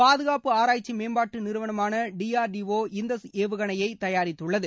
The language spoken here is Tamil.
பாதுகாப்பு ஆராய்ச்சி மேம்பாட்டு நிறுவனம் டி ஆர் டி ஓ இந்த ஏவுகணையை தயாரித்துள்ளது